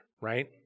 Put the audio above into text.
right